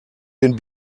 den